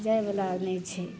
जाइवला नहि छै